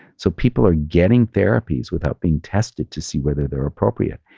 so people are getting therapies without being tested to see whether they're appropriate.